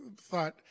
thought